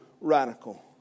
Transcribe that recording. radical